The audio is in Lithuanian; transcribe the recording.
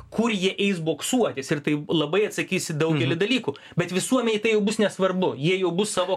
kur jie eis boksuotis ir tai labai atsakys į daugelį dalykų bet visuomenei tai jau bus nesvarbu jie jau bus savo